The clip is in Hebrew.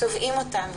צובעים אותם,